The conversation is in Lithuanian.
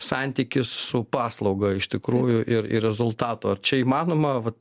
santykis su paslauga iš tikrųjų ir ir rezultato ar čia įmanoma vat